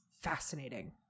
fascinating